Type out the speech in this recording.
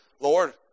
Lord